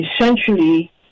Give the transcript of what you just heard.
essentially